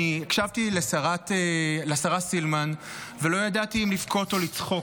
אני הקשבתי לשרה סילמן ולא ידעתי אם לבכות או לצחוק.